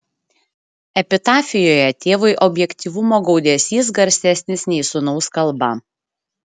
epitafijoje tėvui objektyvumo gaudesys garsesnis nei sūnaus kalba